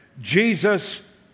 Jesus